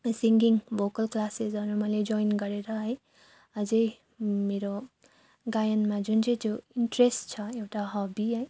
singing vocal क्लासेजहरू मैले join गरेर है अझै मेरो गायनमा जुन चाहिँ त्यो इन्ट्रेस्ट छ एउटा हबी है